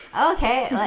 okay